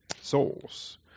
Souls